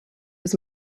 his